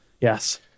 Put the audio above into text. Yes